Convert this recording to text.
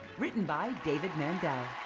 written by david mandel.